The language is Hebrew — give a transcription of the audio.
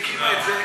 היא הקימה את זה,